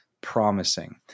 promising